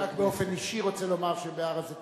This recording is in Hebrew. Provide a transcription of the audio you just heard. אני רק באופן אישי רוצה לומר שבהר-הזיתים